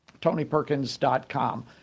TonyPerkins.com